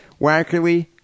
Wackerly